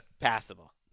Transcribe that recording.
passable